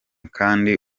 kandi